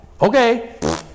Okay